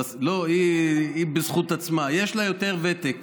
לא, היא בזכות עצמה, יש לה יותר ותק.